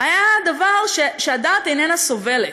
היה דבר שהדעת איננה סובלת.